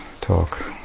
talk